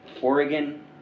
Oregon